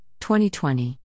2020